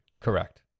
Correct